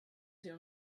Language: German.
sie